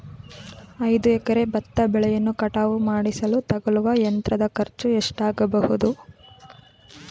ಐದು ಎಕರೆ ಭತ್ತ ಬೆಳೆಯನ್ನು ಕಟಾವು ಮಾಡಿಸಲು ತಗಲುವ ಯಂತ್ರದ ಖರ್ಚು ಎಷ್ಟಾಗಬಹುದು?